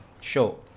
show